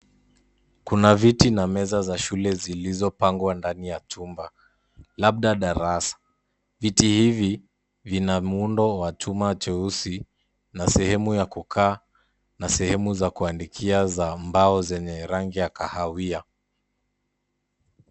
Kuna viti na meza za shule zilizopangwa ndani ya chumba labda darasa. Viti hivi vina muundo wa chuma cheusi na sehemu ya kukaa na sehemu za kuandikia za mbao zenye rangi ya kahawia.